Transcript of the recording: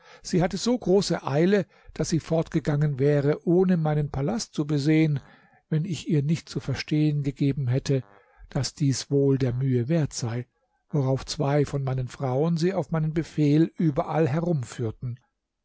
sie hatte so große eile daß sie fortgegangen wäre ohne meinen palast zu besehen wenn ich ihr nicht zu verstehen gegeben hätte daß dies wohl der mühe wert sei worauf zwei von meinen frauen sie auf meinen befehl überall herumführten